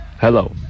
Hello